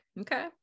Okay